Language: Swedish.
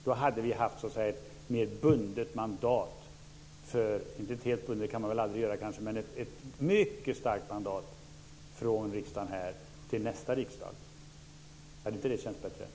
Då hade vi haft ett mer bundet mandat - kanske inte ett helt bundet sådant, men ett mycket starkt mandat - från dagens riksdag till nästa riksdag. Hade inte det känts bättre?